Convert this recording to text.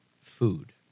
food